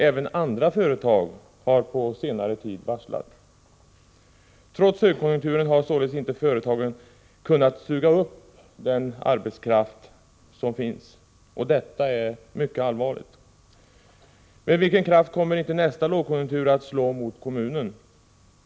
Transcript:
Även andra företag har varslat på senare tid. Trots högkonjunkturen har således inte företagen kunnat suga upp den arbetskraft som finns, och detta är mycket allvarligt. Med vilken kraft kommer inte nästa lågkonjunktur att slå mot kommunen?